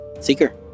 Seeker